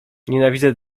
nienawidzę